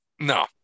No